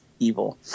evil